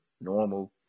normal